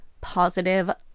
positive